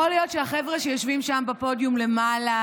יכול להיות שהחבר'ה שיושבים שם בפודיום למעלה,